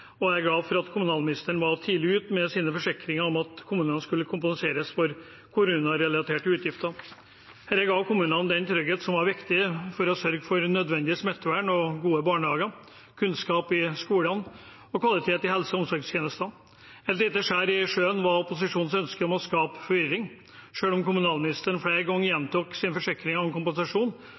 og jeg er glad for at kommunalministeren var tidlig ute med sine forsikringer om at kommunene skulle kompenseres for koronarelaterte utgifter. Dette ga kommunene den tryggheten som var viktig for å sørge for nødvendig smittevern og gode barnehager, kunnskap i skolene og kvalitet i helse- og omsorgstjenestene. Et lite skjær i sjøen var opposisjonens ønske om å skape forvirring. Selv om kommunalministeren flere ganger gjentok sin forsikring om kompensasjon,